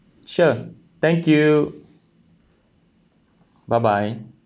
sure thank you bye bye